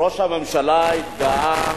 ראש הממשלה התגאה